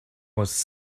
was